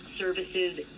services